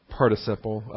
participle